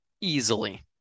easily